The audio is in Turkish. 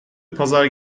pazar